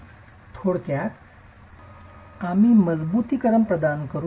थोडक्यात आम्ही सममितीय मजबुतीकरण प्रदान करू